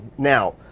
now,